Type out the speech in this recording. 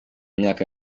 myaka